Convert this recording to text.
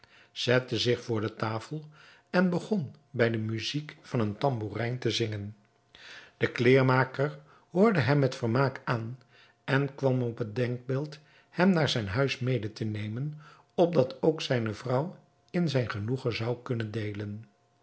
zette zich voor de tafel en begon bij de muzijk van eene tambourijn te zingen de kleêrmaker hoorde hem met vermaak aan en kwam op het denkbeeld hem naar zijn huis mede te nemen opdat ook zijne vrouw in zijn genoegen zou kunnen deelen